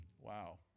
Wow